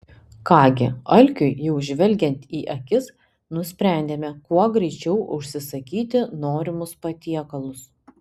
ką gi alkiui jau žvelgiant į akis nusprendėme kuo greičiau užsisakyti norimus patiekalus